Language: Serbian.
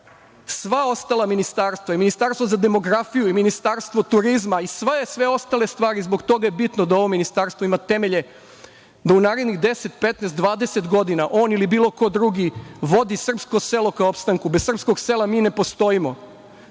sva ostala ministarstva, i Ministarstvo za demografiju, i Ministarstvo turizma i sve ostale stvari. Zbog toga je bitno da ovo ministarstvo ima temelje da u narednih 10, 15, 20 godina, on ili bilo ko drugi, vodi srpsko selo ka opstanku. Bez srpskog sela mi ne postojimo.